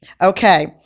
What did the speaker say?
Okay